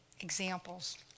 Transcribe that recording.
examples